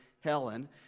Helen